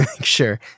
sure